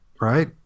right